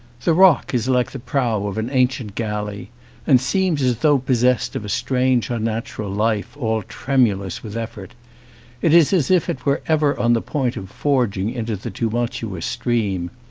the rock is like the prow of an ancient galley and seems, as though possessed of a strange unnatural life, all tremulous with effort it is as if it were ever on the point of forging into the tumultuous stream.